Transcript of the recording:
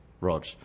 Rog